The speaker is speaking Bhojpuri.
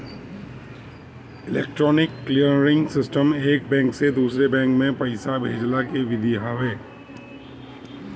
इलेक्ट्रोनिक क्लीयरिंग सिस्टम एक बैंक से दूसरा बैंक में पईसा भेजला के विधि हवे